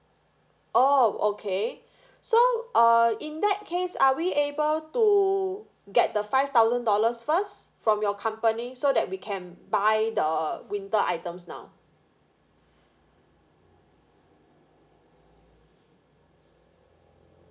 oh okay so uh in that case are we able to get the five thousand dollars first from your company so that we can buy the winter items now